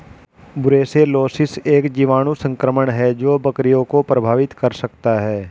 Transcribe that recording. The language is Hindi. ब्रुसेलोसिस एक जीवाणु संक्रमण है जो बकरियों को प्रभावित कर सकता है